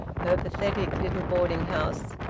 her pathetic little boarding-house?